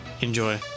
enjoy